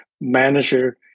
manager